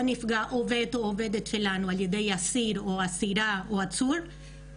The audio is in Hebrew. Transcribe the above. נפגע עובד או עובדת שלנו על ידי אסיר או אסירה או עצור או עצורה,